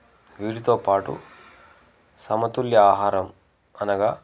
వీటితోపాటు సమతుల్య ఆహారం అనగా